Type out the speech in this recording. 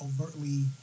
overtly